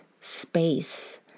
space